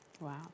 Wow